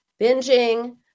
binging